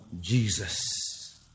Jesus